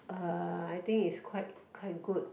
uh I think it's quite quite good